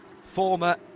former